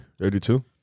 32